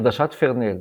עדשת פרנל